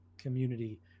community